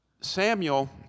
Samuel